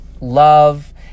love